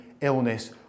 illness